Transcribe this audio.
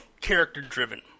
character-driven